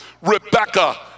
Rebecca